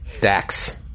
dax